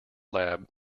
lab